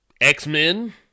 X-Men